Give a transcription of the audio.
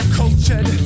cultured